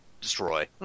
destroy